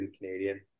Canadian